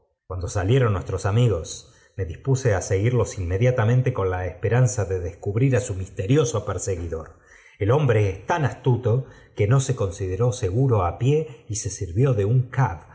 l uusstros amigos me dispuse á seguirlos in mediatamente con la esperanza de descubrir á su misterioso perseguidor el hombre es tan astuto m s consideró seguro á pie y se sirvió de un